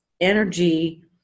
energy